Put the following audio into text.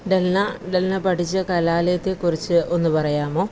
ഡെൽന ഡെൽന പഠിച്ച കലാലയത്തെക്കുറിച്ച് ഒന്ന് പറയാമോ